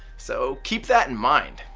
so keep that in mind.